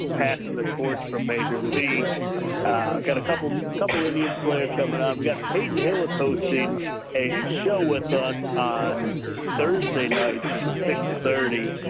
passing the torch from major league. i've got a couple of, couple of indians players coming out. we've got peyton hill is hosting a show with us on thursday nights at six thirty.